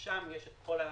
שם יש כל הדברים.